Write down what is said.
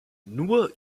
nur